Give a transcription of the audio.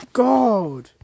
god